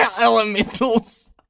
Elementals